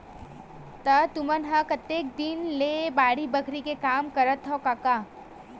त तुमन ह कतेक दिन ले बाड़ी बखरी के काम ल करत हँव कका?